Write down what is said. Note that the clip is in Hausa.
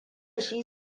shi